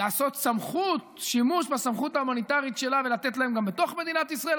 לעשות שימוש בסמכות ההומניטרית שלה ולתת להם גם בתוך מדינת ישראל.